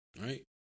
Right